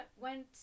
went